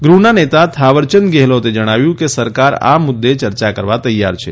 ગૃહના નેતા થાવરચંદ ગેહલોતે જણાવ્યું કે સરકાર આ મુદ્દે ચર્ચા કરવા તૈયાર છે